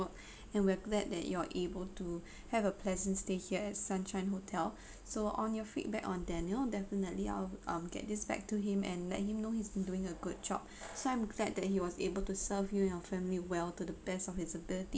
and we're glad that you are able to have a pleasant stay here at sunshine hotel so on your feedback on daniel definitely I'll um get this back to him and let him know he's been doing a good job so I'm glad that he was able to serve you and your family well to the best of his abilities